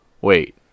Wait